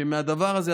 מהדבר הזה,